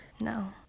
No